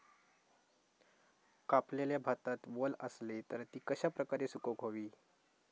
कापलेल्या भातात वल आसली तर ती कश्या प्रकारे सुकौक होई?